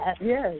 Yes